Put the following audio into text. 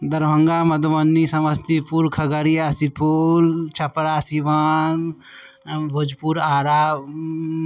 Darbhanga Madhubani Samastipur Khagaria Supaul Chhapra Siwan Bhojpur Ara